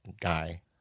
guy